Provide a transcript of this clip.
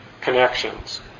connections